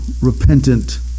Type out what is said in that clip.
repentant